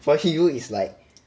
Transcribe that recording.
for you is like